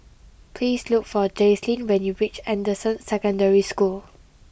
please look for Jaslene when you reach Anderson Secondary School